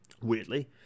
weirdly